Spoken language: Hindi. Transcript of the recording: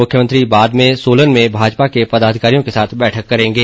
मुख्यमंत्री बाद में सोलन में भाजपा के पदाधिकारियों के साथ बैठक करेंगे